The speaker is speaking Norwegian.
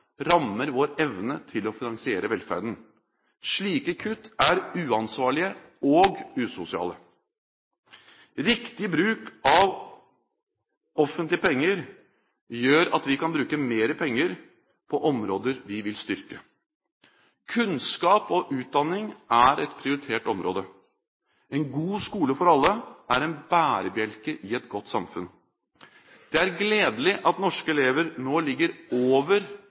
rammer vår evne til å finansiere velferden. Slike kutt er uansvarlige og usosiale. Riktig bruk av offentlige penger gjør at vi kan bruke mer penger på områder vi vil styrke. Kunnskap og utdanning er et prioritert område. En god skole for alle er en bærebjelke i et godt samfunn. Det er gledelig at norske elever nå ligger over